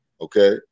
okay